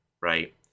right